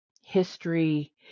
history